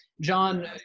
John